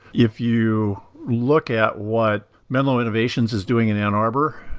if you look at what menlo innovations is doing in ann arbor,